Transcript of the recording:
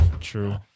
true